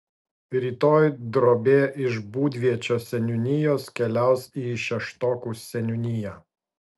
rytoj drobė iš būdviečio seniūnijos keliaus į šeštokų seniūniją